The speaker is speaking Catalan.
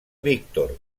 víctor